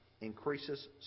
increases